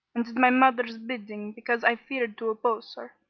and did my mother's bidding because i feared to oppose her.